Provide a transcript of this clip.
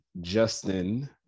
Justin